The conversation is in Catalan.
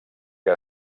que